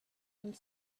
and